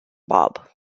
bob